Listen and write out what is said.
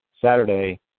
Saturday